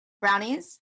Brownies